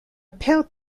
perte